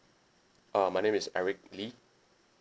uh my name is eric lee